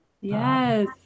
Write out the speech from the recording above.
Yes